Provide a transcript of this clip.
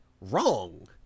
wrong